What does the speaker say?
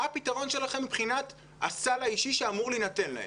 מה הפתרון שלכם מבחינת הסל האישי שאמור להינתן להם?